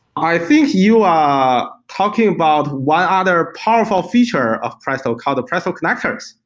i think you are talking about what other powerful feature of presto, called the presto connectors.